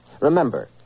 Remember